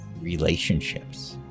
relationships